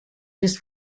just